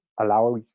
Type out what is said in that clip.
allow